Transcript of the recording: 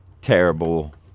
terrible